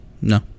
No